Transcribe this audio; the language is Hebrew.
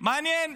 מעניין.